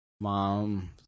Mom